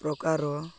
ପ୍ରକାର